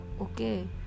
Okay